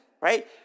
right